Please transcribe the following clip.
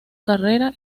carrera